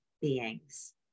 beings